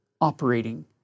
operating